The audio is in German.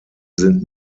sind